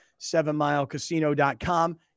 sevenmilecasino.com